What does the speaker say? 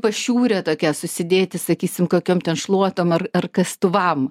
pašiūrė tokia susidėti sakysim kokiom ten šluotom ar ar kastuvam